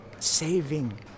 Saving